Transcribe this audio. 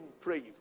praying